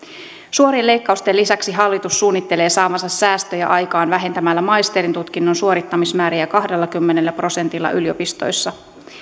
suorien leikkausten lisäksi hallitus suunnittelee saavansa säästöjä aikaan vähentämällä maisterintutkinnon suorittamismääriä kahdellakymmenellä prosentilla yliopistoissa